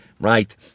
Right